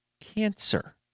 cancer